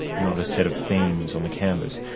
you know but a set of themes on the canvas.